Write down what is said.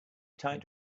tight